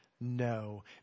no